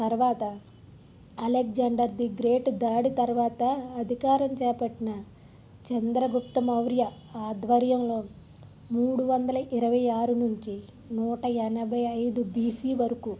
తరవాత Alexander the great దాడి తరవాత అధికారం చేపట్టిన చంద్రగుప్త మౌర్య ఆధ్వర్యంలో మూడువందల ఇరవైఆరు నుంచి నూట ఎనభైఐదు బీసీ వరకు